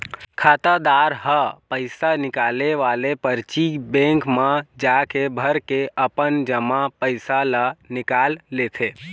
खातादार ह पइसा निकाले वाले परची बेंक म जाके भरके अपन जमा पइसा ल निकाल लेथे